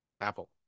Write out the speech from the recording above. Apple